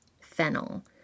fennel